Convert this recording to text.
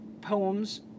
poems